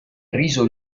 riso